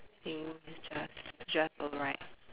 I think it just just alright